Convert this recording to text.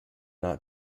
not